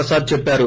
ప్రసాద్ చెప్పారు